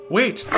Wait